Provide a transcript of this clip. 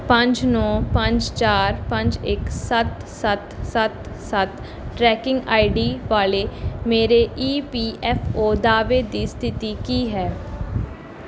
ਪੰਜ ਨੌ ਪੰਜ ਚਾਰ ਪੰਜ ਇੱਕ ਸੱਤ ਸੱਤ ਸੱਤ ਸੱਤ ਟਰੈਕਿੰਗ ਆਈ ਡੀ ਵਾਲੇ ਮੇਰੇ ਈ ਪੀ ਐਫ ਓ ਦਾਅਵੇ ਦੀ ਸਥਿਤੀ ਕੀ ਹੈ